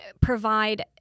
provide